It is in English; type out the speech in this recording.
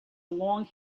long